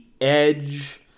Edge